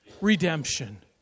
redemption